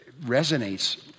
resonates